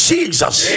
Jesus